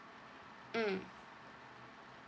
mm